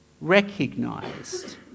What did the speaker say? recognized